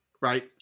right